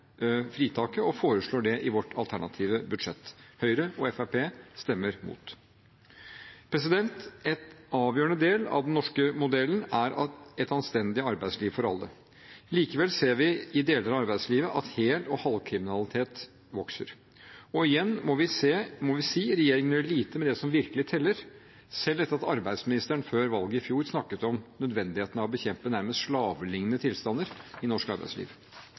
fritaket og foreslår det i vårt alternative budsjett. Høyre og Fremskrittspartiet stemmer mot. En avgjørende del av den norske modellen er et anstendig arbeidsliv for alle. Likevel ser vi i deler av arbeidslivet at hel- og halvkriminalitet vokser. Igjen må vi si at regjeringen gjør lite med det som virkelig teller, selv etter at arbeidsministeren før valget i fjor snakket om nødvendigheten av å bekjempe nærmest slavelignende tilstander i norsk arbeidsliv.